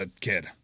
kid